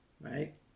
Right